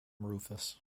rufus